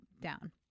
down